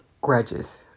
grudges